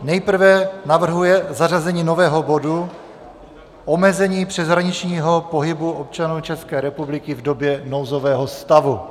Nejprve navrhuje zařazení nového bodu omezení přeshraničního pohybu občanů České republiky v době nouzového stavu.